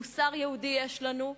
מוסר יהודי יש לנו,